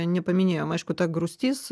nepaminėjom aišku ta grūstis